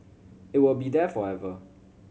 it will be there forever